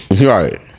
right